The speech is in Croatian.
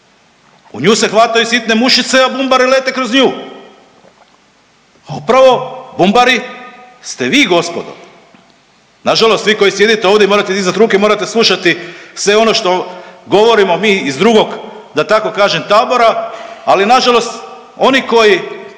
U nju se hvataju sitne mušice, a bumbari lete kroz nju. A upravo bumbari ste vi gospodo, na žalost vi koji sjedite ovdje i morate dizati ruke i morate slušati sve ono što govorimo mi iz drugog da tako kažem tabora. Ali na žalost oni koji